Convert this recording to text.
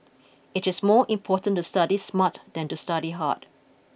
it is more important to study smart than to study hard